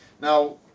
Now